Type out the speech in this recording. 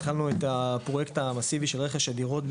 התחלנו את הפרויקט המסיבי של רכש הדירות,